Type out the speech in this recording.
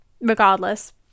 regardless